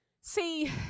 See